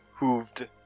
Hooved